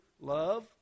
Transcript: love